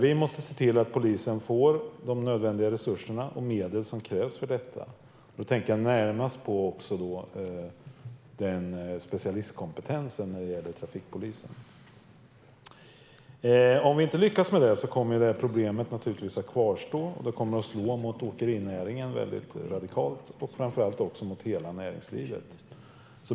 Vi måste se till att polisen får nödvändiga resurser och medel som krävs för detta. Jag tänker närmast på trafikpolisens specialkompetens. Om vi inte lyckas med detta kommer problemet att kvarstå, och det kommer att slå radikalt mot åkerinäringen men framför allt mot hela näringslivet.